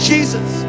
Jesus